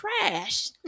trash